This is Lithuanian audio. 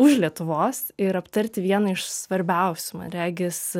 už lietuvos ir aptarti vieną iš svarbiausių man regis